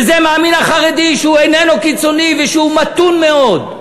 בזה מאמין החרדי שאיננו קיצוני ושהוא מתון מאוד,